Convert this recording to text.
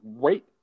great